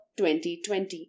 2020